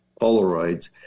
Polaroids